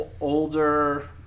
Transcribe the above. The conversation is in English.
older